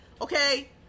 okay